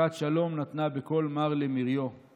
כת שלום נתנה בקול מר למריו /